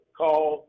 call